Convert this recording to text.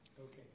Okay